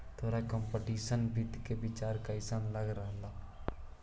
तोहरा कंप्युटेशनल वित्त का विचार कइसन लग रहलो हे